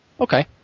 Okay